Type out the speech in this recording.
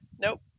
Nope